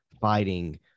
fighting